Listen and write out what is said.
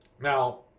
Now